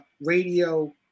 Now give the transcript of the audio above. radio